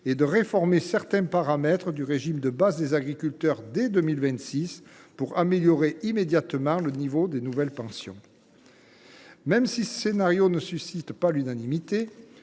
et à réformer certains paramètres du régime de base des agriculteurs dès 2026, pour améliorer immédiatement le niveau des nouvelles pensions. Même si ce scénario ne suscite pas l’unanimité,